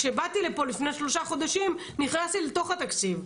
כשבאתי לפה לפני שלושה חודשים נכנסתי לתוך התקציב.